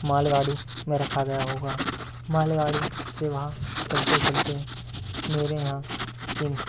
मालगाड़ी में रखा गया होगा मालगाड़ी से वह चलते चलते मेरे यहाँ किन